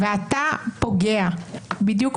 בוא אני אגיד לך משהו.